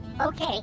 Okay